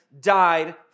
died